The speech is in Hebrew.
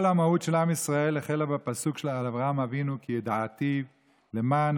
כל המהות של עם ישראל החלה בפסוק של אברהם אבינו: "כי ידעתיו למען